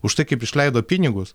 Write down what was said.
už tai kaip išleido pinigus